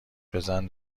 بزن